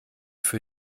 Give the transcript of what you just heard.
für